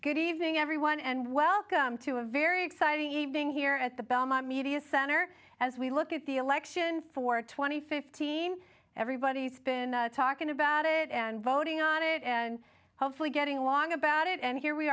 good evening everyone and welcome to a very exciting evening here at the belmont media center as we look at the election for twenty fifteen everybody's been talking about it and voting on it and hopefully getting along about it and here we